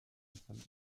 von